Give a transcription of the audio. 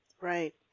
right